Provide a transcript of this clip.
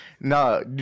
No